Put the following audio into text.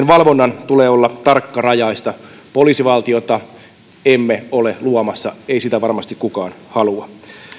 valvonnan tulee olla tarkkarajaista poliisivaltiota emme ole luomassa ei sitä varmasti kukaan halua